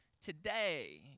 today